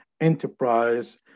enterprise